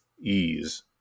ease